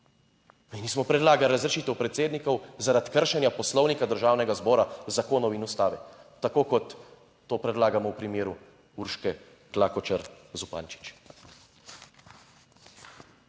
Mi smo predlagali razrešitev predsednikov zaradi kršenja Poslovnika Državnega zbora, zakonov in ustave, tako kot to predlagamo v primeru Urške Klakočar Zupančič.